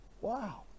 Wow